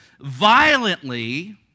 violently